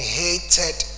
hated